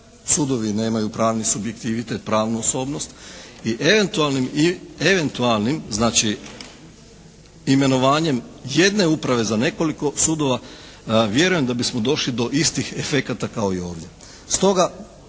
Sudovi nemaju pravni subjektivitet, pravnu osobnost i eventualnim znači imenovanjem jedne uprave za nekoliko sudova vjerujem da bismo došli do istih efekata kao i ovdje.